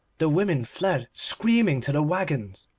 the women fled screaming to the waggons,